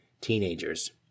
teenagers